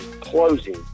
closing